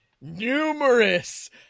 numerous